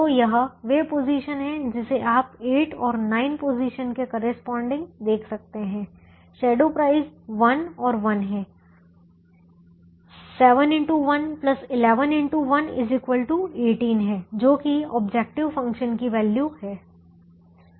तो यह वे पोजीशन हैं जिसे आप 8 और 9 पोजीशन के करेस्पॉन्डिंग देख सकते हैं शैडो प्राइस 1 और 1 हैं 7 x 1 11 x 1 18 है जो कि ऑब्जेक्टिव फ़ंक्शन की वैल्यू है